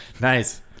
Nice